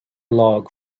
log